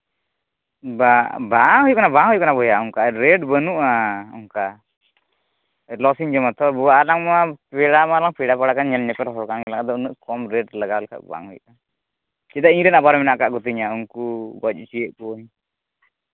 ᱵᱟᱝ ᱵᱟᱝ ᱦᱩᱭᱩᱜ ᱠᱟᱱᱟ ᱵᱚᱭᱦᱟ ᱚᱝᱠᱟ ᱨᱮᱹᱴ ᱵᱟᱹᱱᱩᱜᱼᱟ ᱚᱝᱠᱟ ᱞᱚᱥᱤᱧ ᱡᱚᱢᱟᱛᱚ ᱵᱚᱦᱩ ᱟᱞᱟᱝ ᱢᱟ ᱯᱮᱲᱟ ᱵᱟᱞᱟᱝ ᱯᱮᱲᱟ ᱵᱟᱲᱟᱜ ᱠᱟᱱ ᱧᱮᱞᱼᱧᱮᱯᱮᱞ ᱦᱚᱲ ᱠᱟᱱ ᱜᱮᱭᱟᱞᱟᱝ ᱟᱫᱚ ᱩᱱᱟᱹᱜ ᱠᱚᱢ ᱨᱮᱹᱴ ᱞᱟᱜᱟᱣ ᱞᱮᱠᱷᱟᱱ ᱵᱟᱝ ᱦᱩᱭᱩᱜᱼᱟ ᱪᱮᱫᱟᱜ ᱤᱧ ᱨᱮᱱ ᱟᱵᱟᱨ ᱢᱮᱱᱟᱜ ᱠᱟᱜ ᱠᱚᱛᱤᱧᱟ ᱩᱱᱠᱩ ᱜᱚᱡ ᱦᱚᱪᱚᱭᱮᱫ ᱠᱚᱣᱟᱹᱧ